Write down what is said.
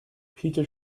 peter